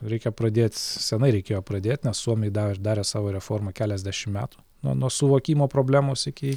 reikia pradėt senai reikėjo pradėt nes suomiai davė darė savo reformą keliasdešim metų nuo nuo suvokimo problemos iki